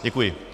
Děkuji.